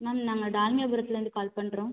ma'am நாங்கள் டால்மியாபுறத்துலேருந்து call பண்ணுறோம்